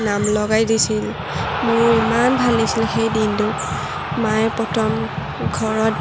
নাম লগাই দিছিল মোৰ ইমান ভাল লাগিছিলে সেই দিনটো মায়ে প্ৰথম ঘৰত